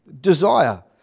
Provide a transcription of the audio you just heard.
desire